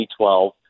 2012